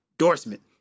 endorsement